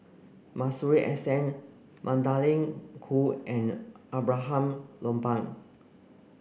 Masuri S N Magdalene Khoo and Abraham Lopan